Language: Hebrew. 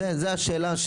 זו השאלה.